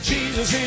Jesus